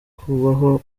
kubaho